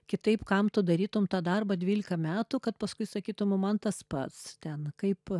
kitaip kam tu darytum tą darbą dvylika metų kad paskui sakytum o man tas pats ten kaip